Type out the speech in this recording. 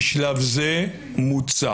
בשלב זה מוצה.